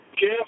Jeff